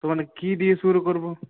তো মানে কি দিয়ে শুরু করব